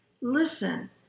Listen